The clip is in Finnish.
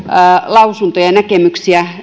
lausuntoja ja näkemyksiä